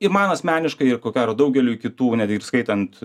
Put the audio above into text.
ir man asmeniškai ir ko gero daugeliui kitų net ir skaitant